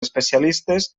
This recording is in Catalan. especialistes